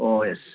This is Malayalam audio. ഓ യെസ്